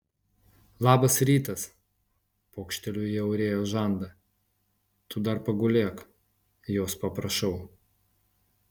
labas rytas pokšteliu į aurėjos žandą tu dar pagulėk jos paprašau